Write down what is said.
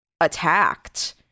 attacked